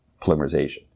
polymerization